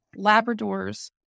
Labradors